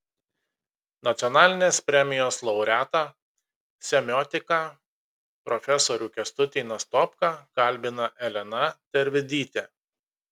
nacionalinės premijos laureatą semiotiką profesorių kęstutį nastopką kalbina elena tervidytė